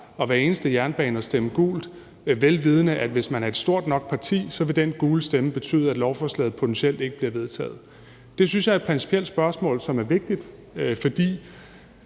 og hver eneste jernbane vel vidende, at hvis man er et stort nok parti, vil de gule stemmer betyde, at lovforslagene potentielt ikke bliver vedtaget? Det synes jeg er et principielt spørgsmål, som er vigtigt, for